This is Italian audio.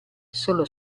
solo